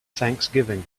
thanksgiving